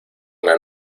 una